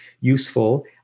useful